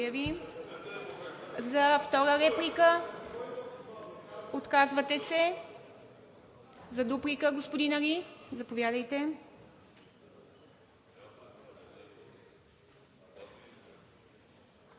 Ви. Втора реплика? Отказвате се. За дуплика, господин Али, заповядайте.